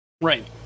Right